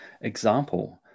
example